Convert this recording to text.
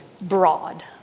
broad